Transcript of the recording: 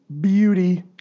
beauty